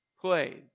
played